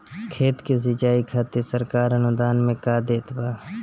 खेत के सिचाई खातिर सरकार अनुदान में का देत बा?